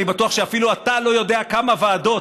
אני בטוח שאפילו אתה לא יודע כמה ועדות